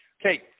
Okay